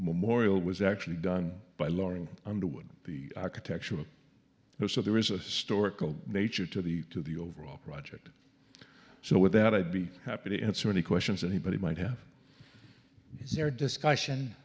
memorial was actually done by loring underwood the architectural so there is a store called nature to the to the overall project so with that i'd be happy to answer any questions anybody might have their discussion